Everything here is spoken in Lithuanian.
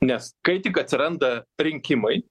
nes kai tik atsiranda rinkimai